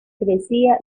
crecía